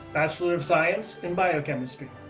bachelor of science in biochemistry.